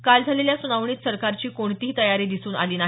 काल झालेल्या सुनावणीत सरकारची कोणतीही तयारी दिसून आली नाही